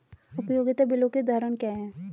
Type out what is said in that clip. उपयोगिता बिलों के उदाहरण क्या हैं?